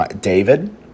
David